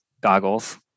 goggles